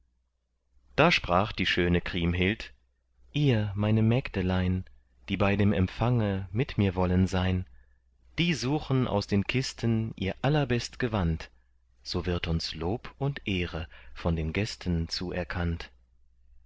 da sprach die schöne kriemhild ihr meine mägdelein die bei dem empfange mit mir wollen sein die suchen aus den kisten ihr allerbest gewand so wird uns lob und ehre von den gästen zuerkannt